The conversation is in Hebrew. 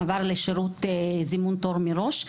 עבר לשירות זימון תור מראש.